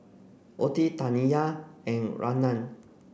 Ottie Taniya and Rayna